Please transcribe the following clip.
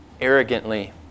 arrogantly